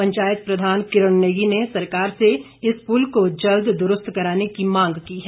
पंचायत प्रधान किरण नेगी ने सरकार से इस पुल को जल्द दुरुस्त कराने की मांग की है